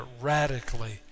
radically